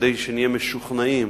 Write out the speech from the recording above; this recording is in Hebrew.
כדי שנהיה משוכנעים